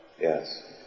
Yes